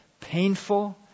painful